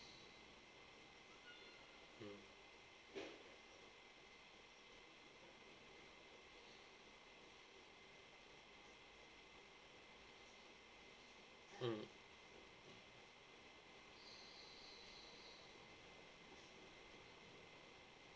mm mm